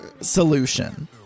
solution